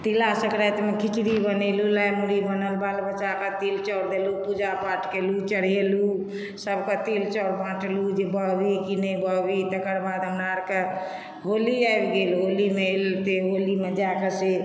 तिला सङ्क्रान्तिमे खिचड़ी बनेलहुँ लाइ मुरही बनल बाल बच्चाके तिल चाउर देलहुँ पूजा पाठ केलहुँ चढ़ेलहुँ सभकेँ तिल चाउर बाँटलहुँ जे बहबिही कि नहि बहबिही तकर बाद हमरा आरके होली आबि गेल होलीमे एलहुँ तऽ होलीमे जा कऽ से